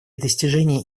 достижения